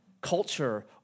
culture